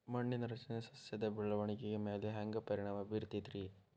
ಮಣ್ಣಿನ ರಚನೆ ಸಸ್ಯದ ಬೆಳವಣಿಗೆ ಮ್ಯಾಲೆ ಹ್ಯಾಂಗ್ ಪರಿಣಾಮ ಬೇರತೈತ್ರಿ?